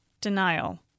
Denial